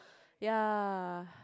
ya